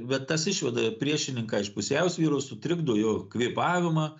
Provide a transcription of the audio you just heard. bet tas išveda priešininką iš pusiausvyros sutrikdo jo kvėpavimą